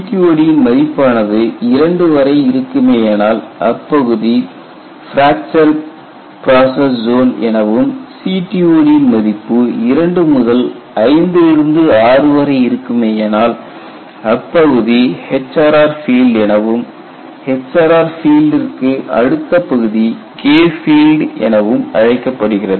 CTOD ன் மதிப்பானது 2 வரை இருக்குமேயானால் அப்பகுதி பிராக்சர் ப்ராசஸ் ஜோன் எனவும் CTOD ன் மதிப்பு 2 முதல் 5 லிருந்து 6 வரை இருக்குமே யானால் அப்பகுதி HRR பீல்ட் எனவும் HRR பீல்டிற்கு அடுத்த பகுதி K பீல்டு எனவும் அழைக்கப்படுகிறது